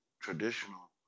traditional